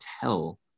tell